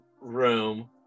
room